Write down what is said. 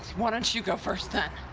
why don't you go first then?